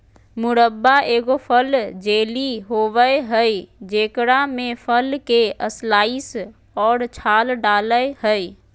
मुरब्बा एगो फल जेली होबय हइ जेकरा में फल के स्लाइस और छाल डालय हइ